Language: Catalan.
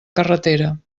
carretera